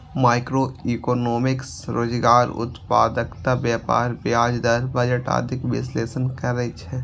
macroeconomics रोजगार, उत्पादकता, व्यापार, ब्याज दर, बजट आदिक विश्लेषण करै छै